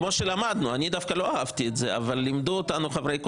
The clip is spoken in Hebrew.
כמו שלמדנו אני דווקא לא אהבתי את זה לימדו אותנו חברי הקואליציה,